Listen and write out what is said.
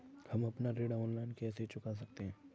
हम अपना ऋण ऑनलाइन कैसे चुका सकते हैं?